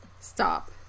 Stop